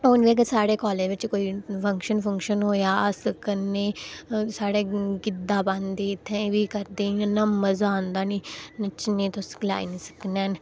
हून बी अगर साढ़े कॉलेज बिच कोई फंक्शन फुंक्शन होआ अस करने साढ़े गिद्दा पांदे इत्थै बी करदे इ'यां इन्ना मजा औंदा निं जिन्ना तुस गलाई निं सकने हैन